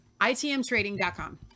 ITMtrading.com